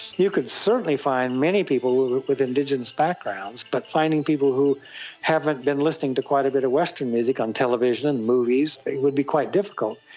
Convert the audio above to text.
you could certainly find many people with indigenous backgrounds, but finding people who haven't been listening to quite a bit of western music on television and movies would be quite difficult.